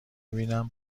بینم